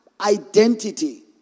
identity